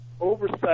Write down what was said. oversight